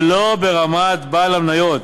ולא ברמת בעל המניות.